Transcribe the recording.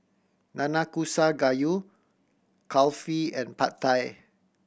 Nanakusa Gayu Kulfi and Pad Thai